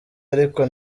ariko